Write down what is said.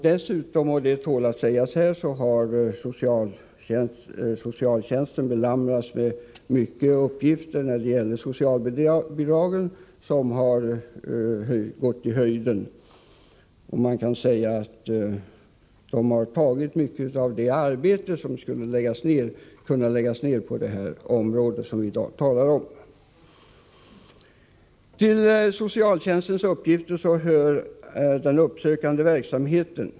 Dessutom — och det tål att sägas här — har socialtjänsten belamrats med många uppgifter när det gäller socialbidragen, vilka har gått i höjden. Det har tagit mycket av den tid som socialtjänsten skulle kunna lägga ned på de områden som vi i dag talar om. Till socialtjänstens uppgifter hör också den uppsökande verksamheten.